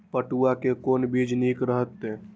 पटुआ के कोन बीज निक रहैत?